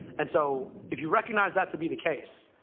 and so if you recognize that to be the case,